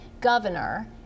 governor